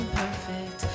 perfect